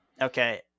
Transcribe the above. Okay